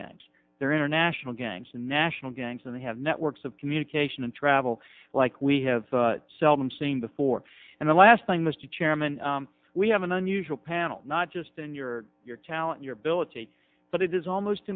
gangs they're international gangs and national gangs and they have networks of communication and travel like we have seldom seen before and the last thing mr chairman we have an unusual panel not just in your your talent your ability but it is almost